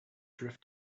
drift